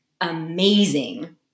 amazing